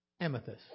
Amethyst